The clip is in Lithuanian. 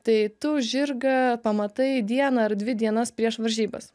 tai tu žirgą pamatai dieną ar dvi dienas prieš varžybas